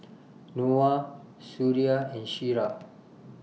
Noah Suria and Syirah